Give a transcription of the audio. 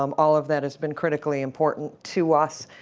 um all of that has been critically important to us,